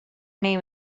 name